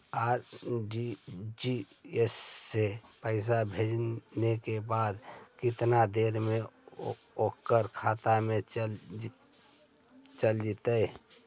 RTGS से पैसा भेजला के बाद केतना देर मे ओकर खाता मे चल जितै?